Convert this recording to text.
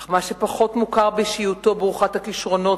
אבל מה שפחות מוכר באישיותו ברוכת הכשרונות